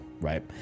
right